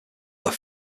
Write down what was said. were